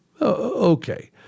okay